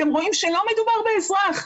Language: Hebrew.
אתם רואים שלא מדובר באזרח,